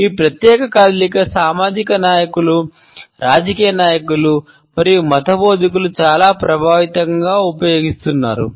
ఈ ప్రత్యేక కదలిక సామాజిక నాయకులు రాజకీయ నాయకులు మరియు మత బోధకులు చాలా ప్రభావవంతంగా ఉపయోగిస్తున్నారు